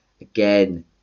again